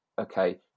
okay